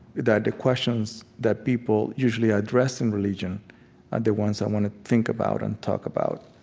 that the questions that people usually address in religion are the ones i want to think about and talk about,